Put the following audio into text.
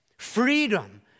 Freedom